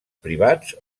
privats